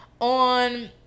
on